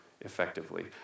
effectively